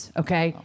okay